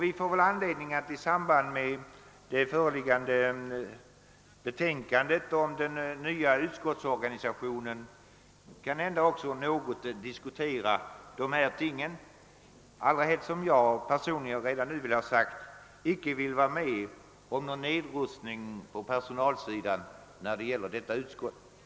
Vi får kanhända anledning att i samband med det föreliggande betänkandet om den nya utskottsorganisationen. något diskutera dessa ting, allra helst som jag personligen — det vill jag säga redan nu — icke vill vara med om någon nedrustning på personalsidan i fråga om detta utskoti.